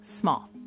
small